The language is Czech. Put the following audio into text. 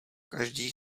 každý